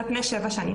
שבע שנים.